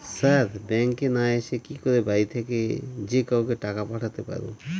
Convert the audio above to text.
Sir ব্যাঙ্কে না এসে কি করে বাড়ি থেকেই যে কাউকে টাকা পাঠাতে পারবো?